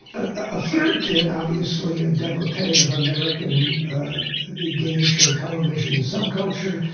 a third kid, obviously a devotee of american game show television subculture,